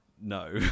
no